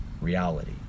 reality